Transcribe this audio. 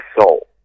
soul